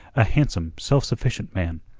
a handsome, self-sufficient man,